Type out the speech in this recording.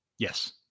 Yes